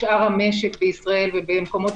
אישור התקש"ח שנתן לכם אפשרות להמשיך ב-30 ימים הקרובים את